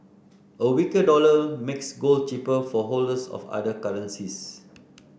a weaker dollar makes gold cheaper for holders of other currencies